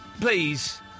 please